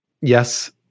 yes